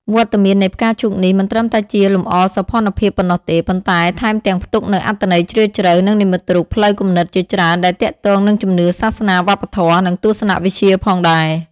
វត្តមាននៃផ្កាឈូកនេះមិនត្រឹមតែជាលម្អសោភ័ណភាពប៉ុណ្ណោះទេ ប៉ុន្តែថែមទាំងផ្ទុកនូវអត្ថន័យជ្រាលជ្រៅ និងនិមិត្តរូបផ្លូវគំនិតជាច្រើនដែលទាក់ទងនឹងជំនឿសាសនា វប្បធម៌ និងទស្សនវិជ្ជាផងដែរ។